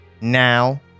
Now